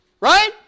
right